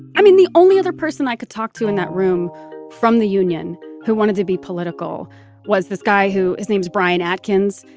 i mean, the only other person i could talk to in that room from the union who wanted to be political was this guy who is name's brian atkin's,